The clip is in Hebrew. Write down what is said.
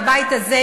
בבית הזה,